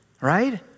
right